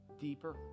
deeper